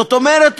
זאת אומרת,